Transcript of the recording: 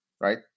right